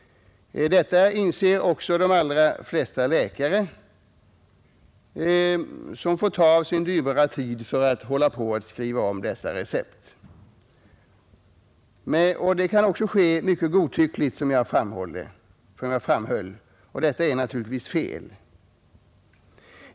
Detta inser också de allra flesta läkare, som får ta av sin dyrbara tid för att skriva om dessa recept. Det kan också ske mycket godtyckligt, som jag framhöll, och detta är naturligtvis fel.